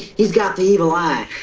he's got the evil eye.